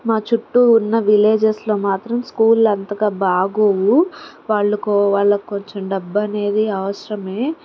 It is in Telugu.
మా చుట్టూ ఉన్న విలేజస్లో మాత్రం స్కూళ్ళు అంతగా బాగోవు వాళ్ళకు వాళ్ళకు కొంచెం డబ్బు అనేది అవసరమే